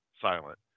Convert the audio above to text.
silent